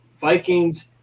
Vikings